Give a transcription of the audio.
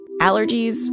allergies